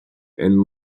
and